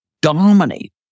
dominate